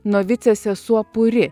novicė sesuo puri